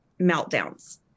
meltdowns